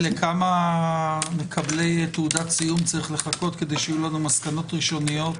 לכמה מקבלי תעודת סיום צריך לחכות כדי שיהיו לנו מסקנות ראשוניות?